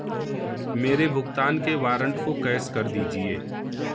मेरे भुगतान के वारंट को कैश कर दीजिए